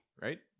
right